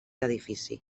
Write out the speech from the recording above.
edifici